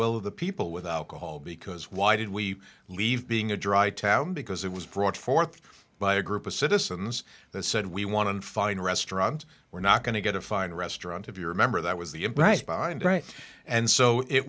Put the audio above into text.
will of the people with alcohol because why did we leave being a dry town because it was brought forth by a group of citizens that said we want to find a restaurant we're not going to get a fine restaurant if you're a member that was the right behind right and so it